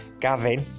Gavin